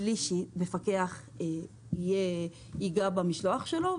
בלי שמפקח יגע במשלוח שלו.